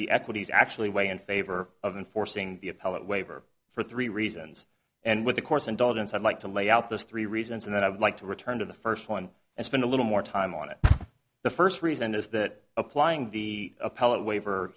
the equities actually weigh in favor of enforcing the appellate waiver for three reasons and with the courts indulgence i'd like to lay out those three reasons and then i would like to return to the first one and spend a little more time on it the first reason is that applying the appellate waiver